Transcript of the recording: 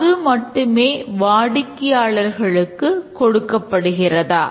அது மட்டுமே வாடிக்கையாளர்களுக்கு கொடுக்கப்படுகிறதா